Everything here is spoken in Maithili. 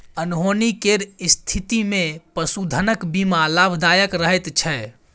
अनहोनी केर स्थितिमे पशुधनक बीमा लाभदायक रहैत छै